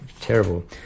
Terrible